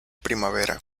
primavera